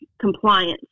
compliance